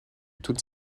toute